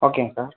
ஓகேங்க சார்